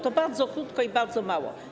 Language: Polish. To bardzo krótko i bardzo mało.